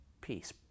Peace